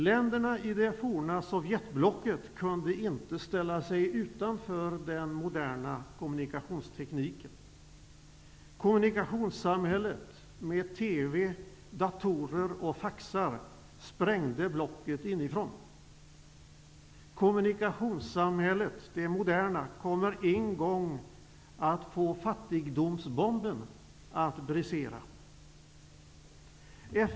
Länderna i det forna Sovjetblocket kunde inte ställa sig utanför den moderna kommunikationstekniken. Kommunikationssamhället med TV, datorer och faxar sprängde blocket inifrån. Det moderna kommunikationssamhället kommer en gång att få fattigdomsbomben att brisera.